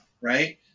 right